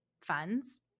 funds